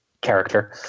character